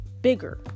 bigger